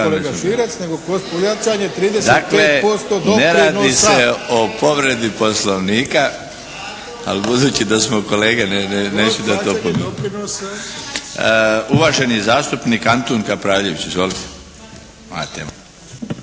ne radi se o povredi Poslovnika, ali budući da smo kolege neću dati opomenu. Uvaženi zastupnik Antun Kapraljević. Izvolite.